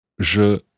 Je